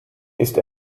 ist